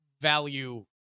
value